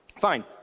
fine